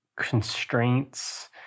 constraints